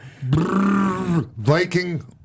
Viking